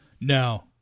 No